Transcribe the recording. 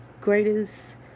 greatest